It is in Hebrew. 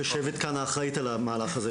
יושבת כאן האחראית על המהלך הזה